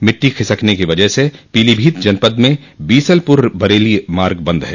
मिट्टी खिसकने की वजह से पीलीभीत जनपद में बीसलपुर बरेली मार्ग बंद है